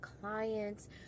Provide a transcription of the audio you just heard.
clients